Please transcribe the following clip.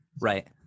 Right